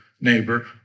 neighbor